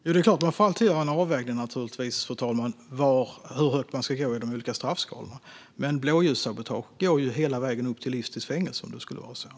Fru talman! Man får alltid göra en avvägning när det gäller hur högt man ska gå i de olika straffskalorna. Men blåljussabotage går hela vägen upp till livstids fängelse, om det skulle vara så.